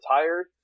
retired